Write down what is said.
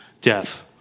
death